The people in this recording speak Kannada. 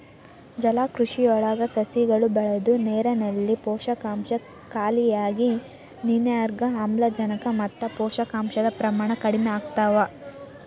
ಜಲಕೃಷಿಯೊಳಗ ಸಸಿಗಳು ಬೆಳದು ನೇರಲ್ಲಿರೋ ಪೋಷಕಾಂಶ ಖಾಲಿಯಾಗಿ ನಿರ್ನ್ಯಾಗ್ ಆಮ್ಲಜನಕ ಮತ್ತ ಪೋಷಕಾಂಶದ ಪ್ರಮಾಣ ಕಡಿಮಿಯಾಗ್ತವ